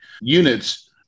units